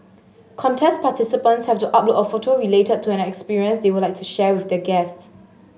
contest participants have to upload a photo related to an experience they would like to share with their guest